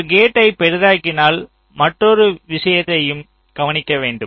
ஒரு கேட்டை பெரிதாக்கினால் மற்றொரு விஷயத்தையும் கவனிக்க வேண்டும்